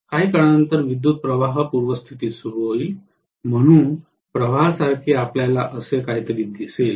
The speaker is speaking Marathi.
काही काळानंतर विद्युतप्रवाह पूर्वस्थितीत सुरू होईल म्हणून प्रवाहासारखे आपल्याला असे काहीतरी दिसेल